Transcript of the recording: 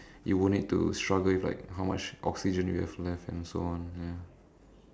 you won't need to struggle with like how much oxygen you have left and so on ya